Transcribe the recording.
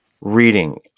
reading